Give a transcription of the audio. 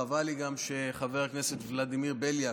חבל לי גם שחבר הכנסת ולדימיר בליאק,